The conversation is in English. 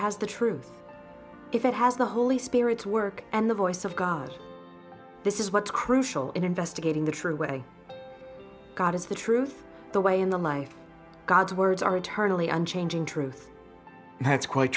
has the truth if it has the holy spirit's work and the voice of god this is what's crucial in investigating the true way god is the truth the way in the life god's words are eternally unchanging truth and it's quite